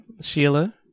sheila